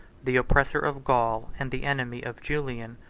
the oppressor of gaul, and the enemy of julian,